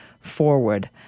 forward